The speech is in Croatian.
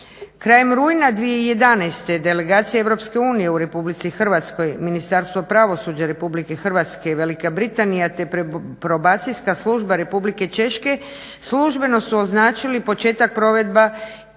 Krajem rujna 2011. Delegacija EU u RH, Ministarstvo pravosuđa RH i Velika Britanija te Probacijska služba Republike Češke službeno su označili početak provedbe